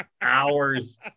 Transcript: Hours